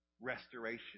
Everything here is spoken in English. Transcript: Restoration